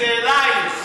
זה אלייך.